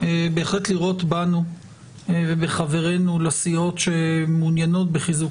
לראות בנו ובחברינו לסיעות שמעוניינות בחיזוק